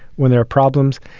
when there are problems,